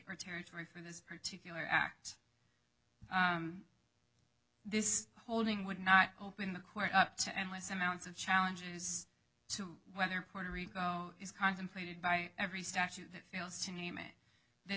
or territory for that particular act this holding would not open the court up to endless amounts of challenges to whether puerto rico is contemplated by every statute that fails to name it th